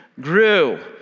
grew